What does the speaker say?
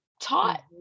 taught